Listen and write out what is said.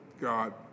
God